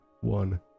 one